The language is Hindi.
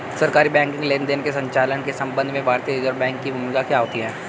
सरकारी बैंकिंग लेनदेनों के संचालन के संबंध में भारतीय रिज़र्व बैंक की भूमिका क्या होती है?